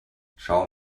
schau